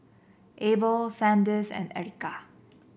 Abel Sanders and Ericka